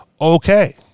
Okay